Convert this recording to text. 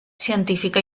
científica